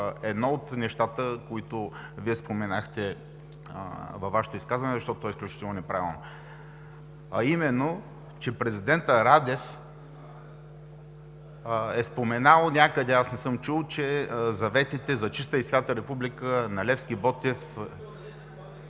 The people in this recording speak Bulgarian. едно от нещата, които споменахте във Вашето изказване, защото то е изключително неправилно, а именно, че президентът Радев е споменал някъде, аз не съм чул, че заветите за чиста и свята република на Левски и Ботев